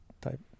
type